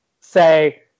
say